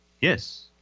Yes